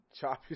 chop